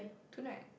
tonight